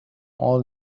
all